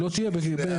שלא תהיה --- ודומיו,